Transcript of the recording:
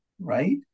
right